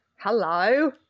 Hello